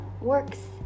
works